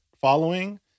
following